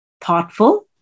thoughtful